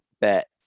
bet